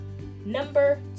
number